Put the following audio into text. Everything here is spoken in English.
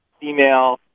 female